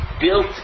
built